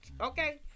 okay